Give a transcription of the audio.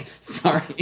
Sorry